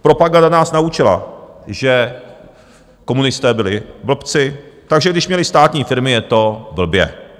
Propaganda nás naučila, že komunisté byli blbci, takže když měli státní firmy, je to blbě.